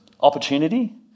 opportunity